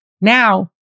Now